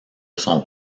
son